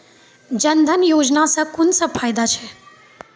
जनधन योजना सॅ कून सब फायदा छै?